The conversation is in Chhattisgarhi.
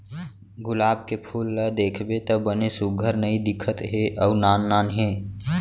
गुलाब के फूल ल देखबे त बने सुग्घर नइ दिखत हे अउ नान नान हे